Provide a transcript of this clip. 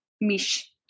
Mish